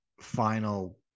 final